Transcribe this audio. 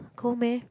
cold meh